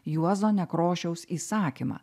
juozo nekrošiaus įsakymą